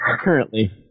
currently